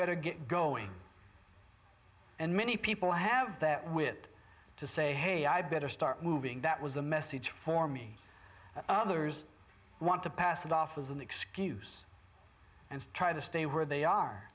better get going and many people have that wit to say hey i better start moving that was a message for me others want to pass it off as an excuse and try to stay where they are